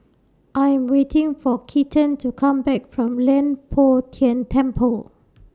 I Am waiting For Keaton to Come Back from Leng Poh Tian Temple